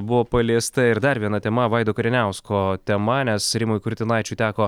buvo paliesta ir dar viena tema vaido kariniausko tema nes rimui kurtinaičiui teko